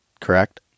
correct